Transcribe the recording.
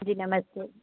जी नमस्ते